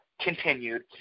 continued